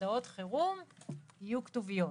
שבהודעות חירום יהיו כתוביות.